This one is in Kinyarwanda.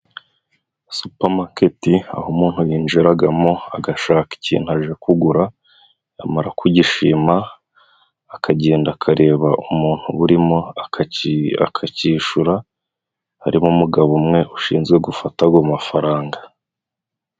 Supamaketi aho umuntu yinjiragamo agashaka ikintu aje kugura, yamara kugishima akagenda akareba umuntu urimo akacyishura, harimo umugabo umwe ushinzwe gufata ago mafaranga.